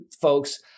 folks